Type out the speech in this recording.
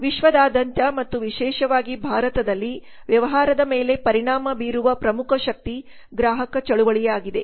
ವಿಶ್ವಾದ್ಯಂತ ಮತ್ತು ವಿಶೇಷವಾಗಿ ಭಾರತದಲ್ಲಿ ವ್ಯವಹಾರದ ಮೇಲೆ ಪರಿಣಾಮ ಬೀರುವ ಪ್ರಮುಖ ಶಕ್ತಿ ಗ್ರಾಹಕ ಚಳುವಳಿಯಾಗಿದೆ